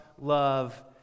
love